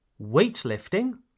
Weightlifting